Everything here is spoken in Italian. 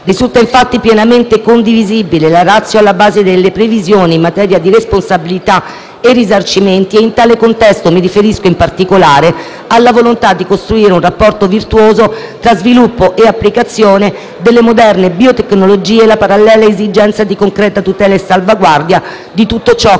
Risulta infatti pienamente condivisibile la *ratio* alla base delle previsioni in materia di responsabilità e risarcimenti. In tale contesto, mi riferisco in particolare alla volontà di costruire un rapporto virtuoso tra sviluppo e applicazione delle moderne biotecnologie e alla parallela esigenza di concreta tutela e salvaguardia di tutto ciò